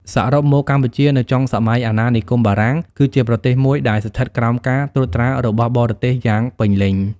សរុបមក កម្ពុជានៅចុងសម័យអាណានិគមបារាំង គឺជាប្រទេសមួយដែលស្ថិតក្រោមការត្រួតត្រារបស់បរទេសយ៉ាងពេញលេញ។